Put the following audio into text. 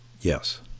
Yes